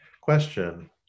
question